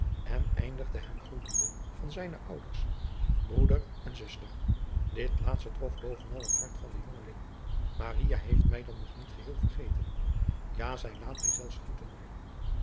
en eindigde hem groetende van zijne ouders broeder en zuster dit laatste trof bovenal het hart van den jongeling maria heeft mij dan nog niet geheel vergeten ja zij laat mij zelfs groeten